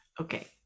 okay